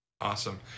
awesome